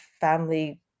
family